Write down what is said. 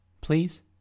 Please